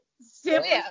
Simple